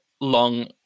long